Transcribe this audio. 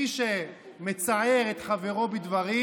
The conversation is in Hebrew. מי שמצער את חברו בדברים,